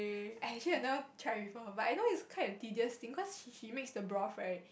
I actually I never try before but I know it's kind of tedious thing cause she she made the broth right